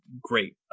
great